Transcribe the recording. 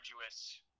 arduous